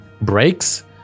breaks